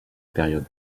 période